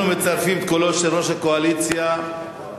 הצעת החוק עברה בקריאה ראשונה,